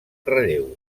relleu